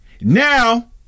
Now